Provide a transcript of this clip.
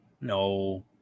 No